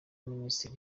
minisitiri